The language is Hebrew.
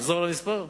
לחזור על המספר?